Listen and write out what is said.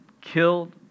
killed